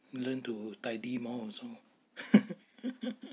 learn to tidy more also